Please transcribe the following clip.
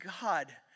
God